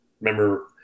remember